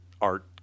Art